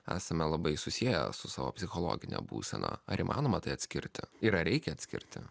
esame labai susieję su savo psichologine būsena ar įmanoma atskirti yra reikia atskirti